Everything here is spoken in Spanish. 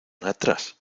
atrás